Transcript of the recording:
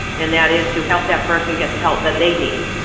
and that is to help that person get the help that they need.